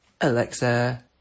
Alexa